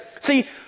See